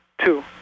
Two